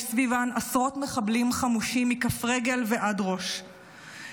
יש סביבן עשרות מחבלים חמושים מכף רגל ועד ראש.